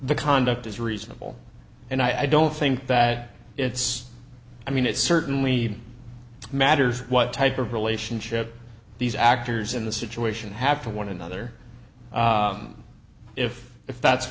the conduct is reasonable and i don't think that it's i mean it certainly matters what type of relationship these actors in the situation have for one another if if that's